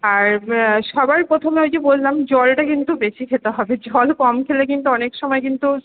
আর সবার প্রথমে ওই যে বললাম জলটা কিন্তু বেশি খেতে হবে জল কম খেলে কিন্তু অনেক সময় কিন্তু